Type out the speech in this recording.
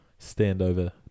standover